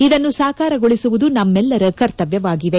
ಇದನ್ನು ಸಾಕಾರಗೊಳಿಸುವುದು ನಮ್ನೆಲ್ಲರ ಕರ್ತಮ್ಮವಾಗಿದೆ